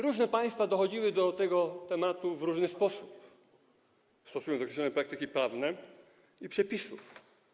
Różne państwa dochodziły do tego tematu w różny sposób, stosując określone praktyki prawne i przepisy.